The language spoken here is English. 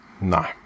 No